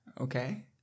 Okay